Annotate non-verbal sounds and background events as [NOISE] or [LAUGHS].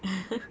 [LAUGHS]